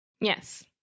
Yes